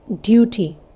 duty